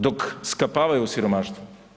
Dok skapavaju u siromaštvu.